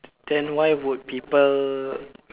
then why would people